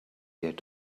yet